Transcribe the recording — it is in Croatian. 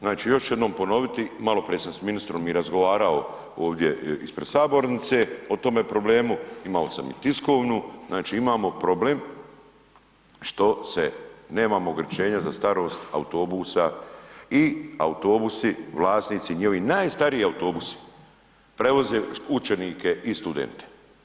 Znači još ću jednom ponoviti, maloprije sam s ministrom razgovarao ovdje ispred sabornice o tome problemu, imao sam i tiskovnu, znači imamo problem što se nemamo ograničenja za starost autobusa i autobusi vlasnici njihovi, najstariji autobusi prevoze učenike i studente.